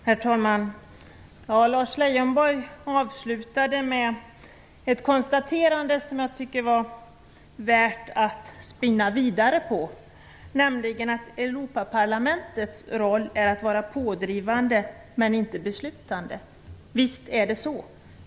Herr talman! Lars Leijonborg avslutade med ett konstaterande som jag tycker var värt att spinna vidare på, nämligen att Europaparlamentets roll är att vara pådrivande men inte beslutande. Visst är det så.